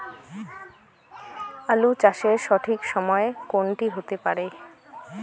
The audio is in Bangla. আলু চাষের সঠিক সময় কোন টি হতে পারে?